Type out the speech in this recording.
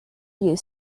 you